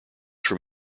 from